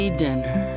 dinner